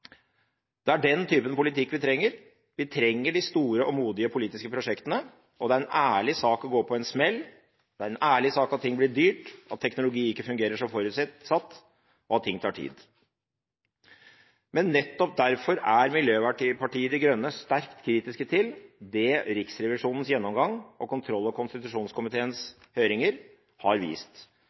Det er den typen politikk vi trenger. Vi trenger de store og modige politiske prosjektene. Det er en ærlig sak å gå på en smell, at ting blir dyrt, at teknologi ikke fungerer som forutsett, og at ting tar tid. Men nettopp derfor er Miljøpartiet De Grønne sterkt kritiske til det Riksrevisjonens gjennomgang og kontroll- og konstitusjonskomiteens høringer har vist,